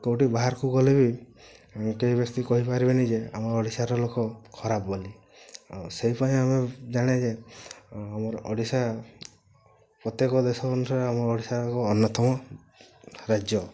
କେଉଁଠି ବାହାରକୁ ଗଲେ ବି କେହି କହିପାରିବେନି ଯେ ଆମ ଓଡ଼ିଶାର ଲୋକ ଖରାପ ବୋଲି ସେହିପାଇଁ ଆମେ ଜାଣେ ଯେ ଆମର ଓଡ଼ିଶା ପ୍ରତ୍ୟେକ ଦେଶ ଅନୁସାରେ ଆମ ଓଡ଼ିଶା ଏକ ଅନ୍ୟତମ ରାଜ୍ୟ